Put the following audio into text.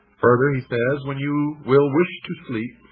further he says when you will wish to sleep,